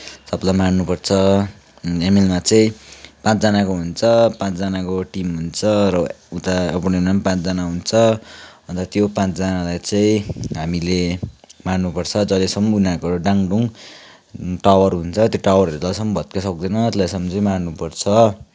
सबलाई मार्नुपर्छ अनि एमिलमा चाहिँ पाँचजनाको हुन्छ पाँचजनाको टिम हुन्छ र उता ओपोनेन्टमा पनि पाँचजना हुन्छ अन्त त्यो पाँचजनालाई चाहिँ हामीले मार्नुपर्छ जहिलेसम्म उनीहरूको डाङडुङ टावर हुन्छ त्यो टावरहरू चाहिँ जहिलेसम्म भत्काई सक्दैन त्यति बेलासम्म चाहिँ मार्नुपर्छ